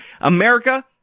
America